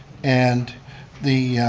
and the